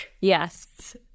Yes